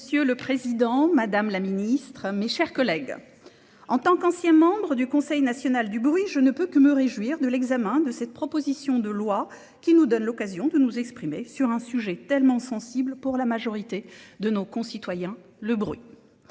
Monsieur le Président, Madame la Ministre, mes chers collègues, en tant qu'ancien membre du Conseil national du bruit, je ne peux que me réjouir de l'examen de cette proposition de loi qui nous donne l'occasion de nous exprimer sur un sujet tellement sensible pour la majorité de nos concitoyens, le bruit.